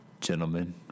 Gentlemen